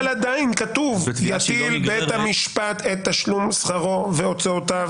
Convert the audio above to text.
אבל עדיין כתוב: "יטיל בית המשפט את תשלום שכרו והוצאותיו